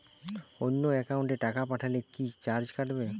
অন্য একাউন্টে টাকা পাঠালে কি চার্জ কাটবে?